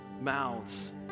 mouths